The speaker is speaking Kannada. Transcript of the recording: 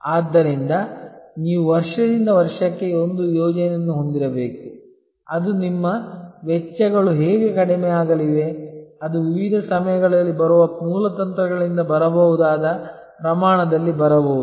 ಆದ್ದರಿಂದ ನೀವು ವರ್ಷದಿಂದ ವರ್ಷಕ್ಕೆ ಒಂದು ಯೋಜನೆಯನ್ನು ಹೊಂದಿರಬೇಕು ಅದು ನಿಮ್ಮ ವೆಚ್ಚಗಳು ಹೇಗೆ ಕಡಿಮೆಯಾಗಲಿವೆ ಅದು ವಿವಿಧ ಸಮಯಗಳಲ್ಲಿ ಬರುವ ಮೂಲ ತಂತ್ರಗಳಿಂದ ಬರಬಹುದಾದ ಪ್ರಮಾಣದಲ್ಲಿ ಬರಬಹುದು